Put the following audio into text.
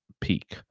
peak